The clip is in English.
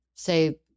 say